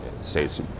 states